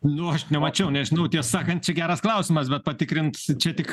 nu aš nemačiau nežinau tiesą sakant čia geras klausimas bet patikrint čia tik